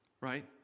Right